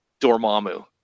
Dormammu